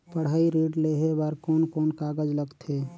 पढ़ाई ऋण लेहे बार कोन कोन कागज लगथे?